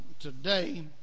today